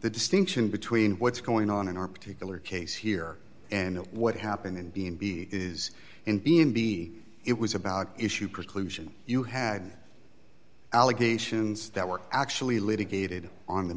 the distinction between what's going on in our particular case here and what happened in b and b is in b and b it was about issue preclusion you had allegations that were actually litigated on the